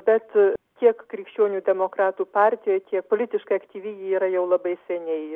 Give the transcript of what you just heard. bet tiek krikščionių demokratų partijoj tiek politiškai aktyvi ji yra jau labai seniai